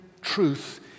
truth